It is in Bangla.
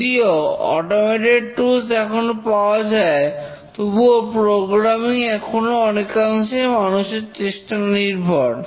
যদিও অটোমেটেড টুলস এখন পাওয়া যায় তবুও প্রোগ্রামিং এখনো অনেকাংশে মানুষের চেষ্টা নির্ভর